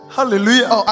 Hallelujah